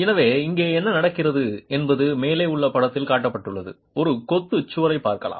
எனவே இங்கே என்ன நடக்கிறது என்பது மேலே உள்ள படத்தில் காட்டப்பட்டுள்ள ஒரு கொத்து சுவரைப் பார்க்கலாம்